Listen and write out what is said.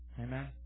Amen